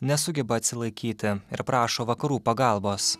nesugeba atsilaikyti ir prašo vakarų pagalbos